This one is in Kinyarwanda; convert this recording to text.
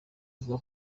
avuga